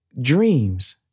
dreams